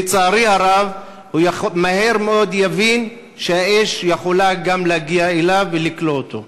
לצערי הרב יבין מהר מאוד שהאש יכולה גם להגיע אליו ולכלוא אותו.